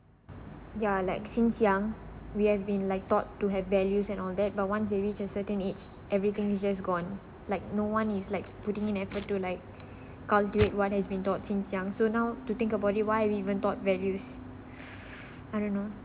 ya like since young we have been like taught to have values and all that but once we reach a certain age everything is just gone like no one is like putting in effort to like calculate what has been taught since young so now to think about it why are even taught values I don't know